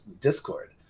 Discord